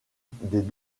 des